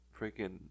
freaking